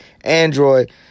Android